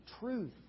truth